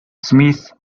smith